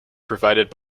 provided